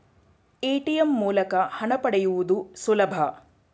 ATM ಮೂಲಕ ಹಣ ಪಡೆಯುವುದು ಸುಲಭ